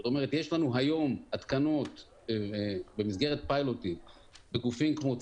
זאת אומרת יש לנו היום התקנות במסגרת פיילוטים בגופים כמו צה"ל,